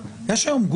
היום,